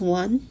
one